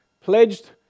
pledged